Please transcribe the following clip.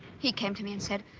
he came to me and said.